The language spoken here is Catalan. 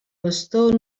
pastor